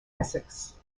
essex